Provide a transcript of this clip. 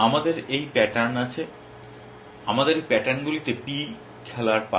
আমাদের এই প্যাটার্ন আছে আমাদের এই প্যাটার্নগুলিতে p খেলার পালা